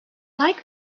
like